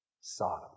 Sodom